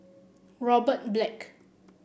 Robert Black